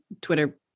Twitter